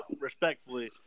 Respectfully